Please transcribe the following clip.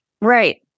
Right